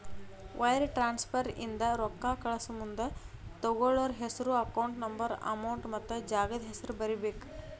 wire transfer ಇಂದ ರೊಕ್ಕಾ ಕಳಸಮುಂದ ತೊಗೋಳ್ಳೋರ್ ಹೆಸ್ರು ಅಕೌಂಟ್ ನಂಬರ್ ಅಮೌಂಟ್ ಮತ್ತ ಜಾಗದ್ ಹೆಸರ ಬರೇಬೇಕ್